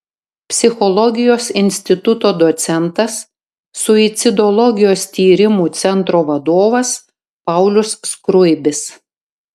psichologijos instituto docentas suicidologijos tyrimų centro vadovas paulius skruibis